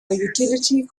utility